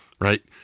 Right